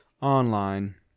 online